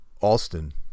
Alston